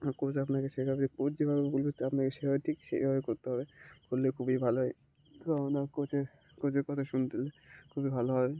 আর coach আপনাকে শেখাবে coach যেভাবে বলবে আপনাকে সেভাবে ঠিক সেইভাবে করতে হবে করলে খুবই ভালো হয় তো ওনার কোচের কোচের কথা শুনতে খুবই ভালো হবে